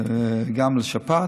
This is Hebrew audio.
וגם לשפעת,